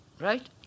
Right